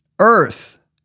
earth